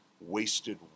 wasted